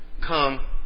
come